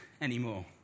anymore